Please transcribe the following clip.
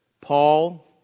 Paul